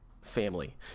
family